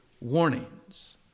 warnings